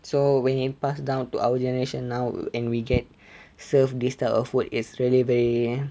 so when it passed down to our generation now and we get served this type of food is really very